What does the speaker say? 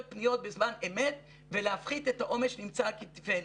פניות בזמן אמת ולהפחית את העומס שנמצא על כתפנו.